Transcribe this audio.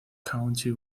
county